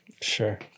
sure